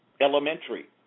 elementary